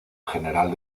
general